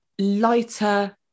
lighter